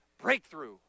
breakthrough